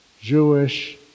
Jewish